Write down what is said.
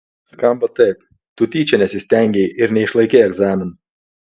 skamba taip tu tyčia nesistengei ir neišlaikei egzaminų